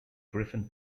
griffin